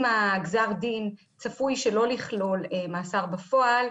אם גזר הדין צפוי שלא לכלול מאסר בפועל,